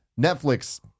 netflix